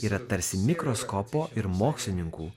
yra tarsi mikroskopo ir mokslininkų